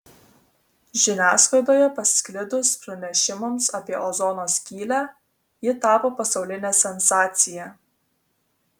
žiniasklaidoje pasklidus pranešimams apie ozono skylę ji tapo pasauline sensacija